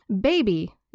Baby